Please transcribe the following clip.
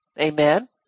Amen